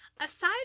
aside